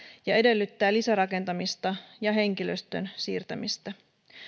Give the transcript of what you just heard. ja edellyttää lisärakentamista ja henkilöstön siirtämistä